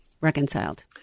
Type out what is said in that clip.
reconciled